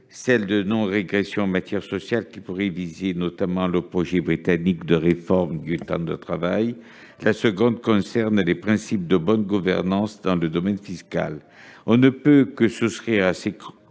celle de non-régression en matière sociale, qui pourrait viser notamment le projet britannique de réforme du temps de travail, et celle concernant les principes de bonne gouvernance dans le domaine fiscal. On ne peut que souscrire à ces